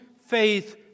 faith